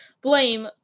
blame